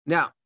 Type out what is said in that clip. Now